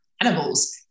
animals